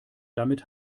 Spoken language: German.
damit